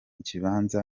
kibanza